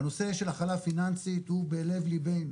הנושא של הכלה פיננסית הוא בלב ליבנו